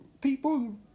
People